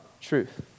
truth